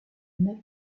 neuf